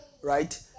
right